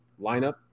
lineup